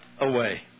away